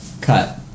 Cut